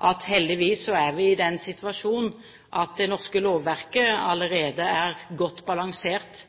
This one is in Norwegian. er vi heldigvis i den situasjonen at det norske lovverket allerede er godt balansert